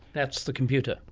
that's the computer.